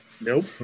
Nope